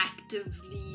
actively